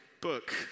book